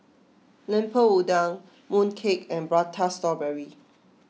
Lemper Udang Mooncake and Prata Strawberry